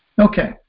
okay